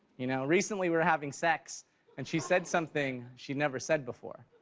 you know, recently we're having sex and she said something she never said before.